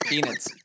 Peanuts